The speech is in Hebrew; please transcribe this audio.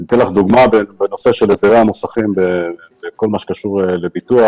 אני אתן לך דוגמה בנושא של הסדרי המוסכים בכל מה שקשור לביטוח.